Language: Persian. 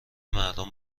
مردم